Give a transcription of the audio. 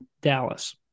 Dallas